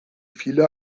viele